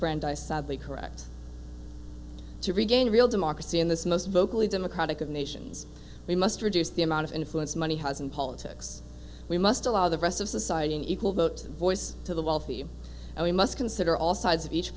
brandeis of the correct to regain real democracy in this most vocally democratic of nations we must reduce the amount of influence money has and politics we must allow the rest of society an equal vote voice to the wealthy and we must consider all sides of each